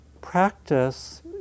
Practice